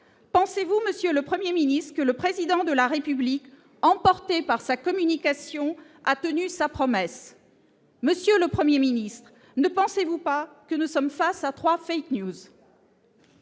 pensez-vous, Monsieur le 1er ministre que le président de la République, emporté par sa communication a tenu sa promesse, monsieur le 1er Ministre ne pensez-vous pas que nous sommes face à 3 5 News.